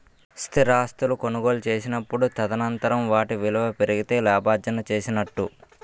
స్థిరాస్తులు కొనుగోలు చేసినప్పుడు తదనంతరం వాటి విలువ పెరిగితే లాభార్జన చేసినట్టు